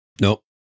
Nope